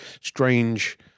strange